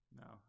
no